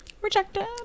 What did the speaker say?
Rejected